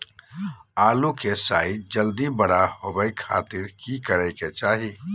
आलू के साइज जल्दी बड़ा होबे खातिर की करे के चाही?